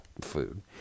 food